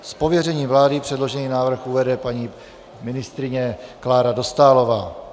Z pověření vlády předložený návrh uvede paní ministryně Klára Dostálová.